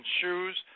shoes